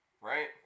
right